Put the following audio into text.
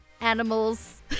animals